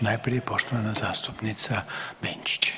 Najprije poštovana zastupnica Benčić.